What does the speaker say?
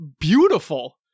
beautiful